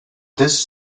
this